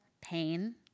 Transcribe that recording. pain